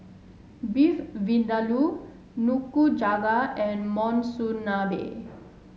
Beef Vindaloo Nikujaga and Monsunabe